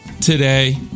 today